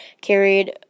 carried